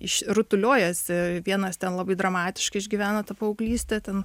iš rutuliojasi vienas ten labai dramatiškai išgyvena tą paauglystę ten